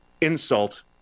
insult